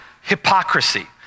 hypocrisy